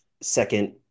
second